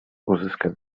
uzyskać